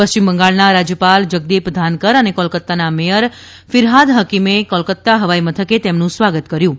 પશ્ચિમ બંગાળના રાજ્યપાલ જગદિપ ધાનકર અને કોલાકાતાના મેયર ફિરહાદ હકિમે કોલકાતા હવાઇ મથકે તેમનુ સ્વાગત કર્યું હતુ